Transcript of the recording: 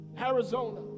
Arizona